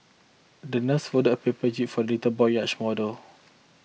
the nurse folded a paper jib for little boy's yacht model